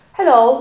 Hello